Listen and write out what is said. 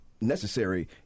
necessary